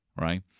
right